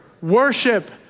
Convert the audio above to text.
worship